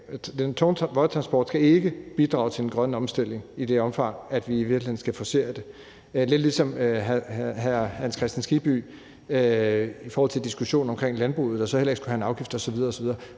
den tunge vejtransport ikke skal bidrage til den grønne omstilling i et omfang, hvor vi i virkeligheden skal forcere det. Det er lidt ligesom med hr. Hans Kristian Skibby i forhold til diskussionen om landbruget, der heller ikke skulle have en afgift osv. osv.